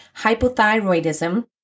hypothyroidism